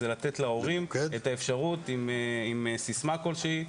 זה לתת להורים את האפשרות עם סיסמה כלשהי.